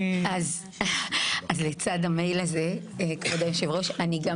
לצד המייל הזה, כבוד היושב-ראש, אני גם